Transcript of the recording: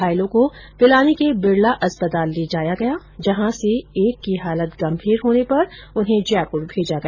घायलों को पिलानी के बिरला अस्पताल ले जाया गया जहां से एक की हालत गंभीर होने पर उन्हें जयपूर भेज दिया गया